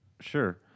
Sure